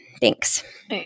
Thanks